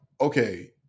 okay